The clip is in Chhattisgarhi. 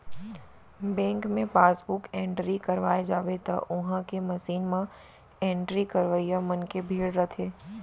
बेंक मे पासबुक एंटरी करवाए जाबे त उहॉं के मसीन म एंट्री करवइया मन के भीड़ रथे